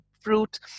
fruit